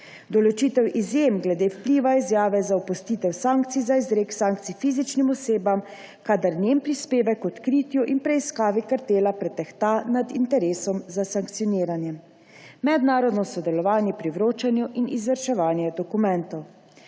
določitev izjem glede vpliva izjave za opustitev sankcij za izrek sankcij fizičnim osebam, kadar njen prispevek k odkritju in preiskavi kartela pretehta nad interesom za sankcioniranje; mednarodno sodelovanje pri vročanju in izvrševanju dokumentov.